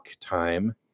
time